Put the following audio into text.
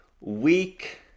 week